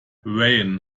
rayen